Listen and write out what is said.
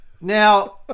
Now